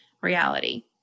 reality